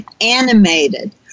animated